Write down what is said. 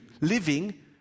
living